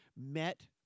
met